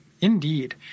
Indeed